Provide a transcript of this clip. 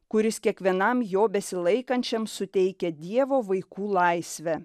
kuris kiekvienam jo besilaikančiam suteikia dievo vaikų laisvę